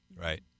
Right